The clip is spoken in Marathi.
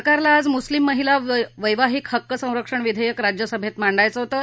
सरकारला आज मुस्लिम महिला वैवाहिक हक्क संरक्षण विधेयक राज्यसभेत मांडायचं होतं